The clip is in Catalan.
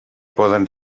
poden